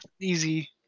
easy